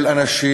של אנשים